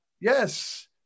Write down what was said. Yes